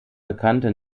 bekannte